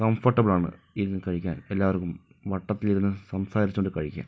comfortable ആണ് ഇരുന്നു കഴിക്കാൻ എല്ലാവർക്കും വട്ടത്തിലിരുന്ന് സംസാരിച്ചുകൊണ്ട് കഴിക്കാം